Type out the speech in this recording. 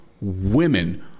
women